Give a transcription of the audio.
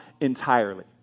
entirely